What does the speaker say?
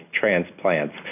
transplants